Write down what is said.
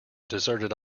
deserted